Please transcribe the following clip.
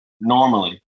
normally